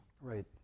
Right